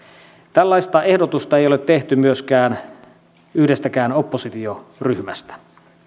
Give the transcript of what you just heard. tällaista ehdotusta ei ole tehty myöskään yhdestäkään oppositioryhmästä